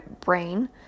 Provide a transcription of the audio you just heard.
brain